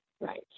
Right